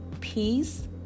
Peace